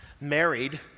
married